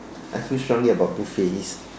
I feel strongly about buffets